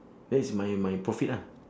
that's my my profit lah